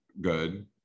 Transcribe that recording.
good